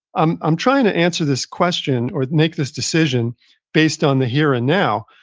i'm i'm trying to answer this question or make this decision based on the here and now,